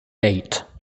eight